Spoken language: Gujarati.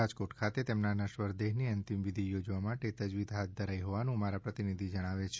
રાજકોટ ખાતે તેમના નશ્વર દેહ ની અંતિમ વિધિ યોજવા માટે તજવીજ હાથ ધરાઇ હોવાનું અમારા પ્રતિનિધિ જણાવે છે